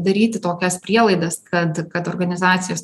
daryti tokias prielaidas kad kad organizacijos